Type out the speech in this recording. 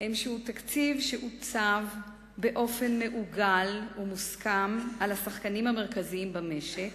הם שהוא תקציב שעוצב באופן מעוגל ומוסכם על השחקנים המרכזיים במשק,